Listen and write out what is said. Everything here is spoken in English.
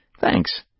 Thanks